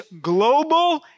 global